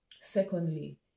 secondly